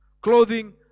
clothing